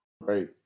right